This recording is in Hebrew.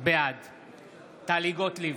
בעד טלי גוטליב,